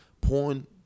Porn